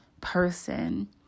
person